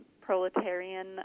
proletarian